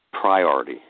priority